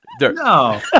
No